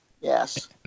Yes